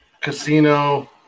Casino